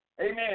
Amen